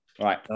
right